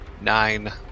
Nine